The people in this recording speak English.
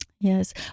Yes